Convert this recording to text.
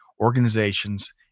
organizations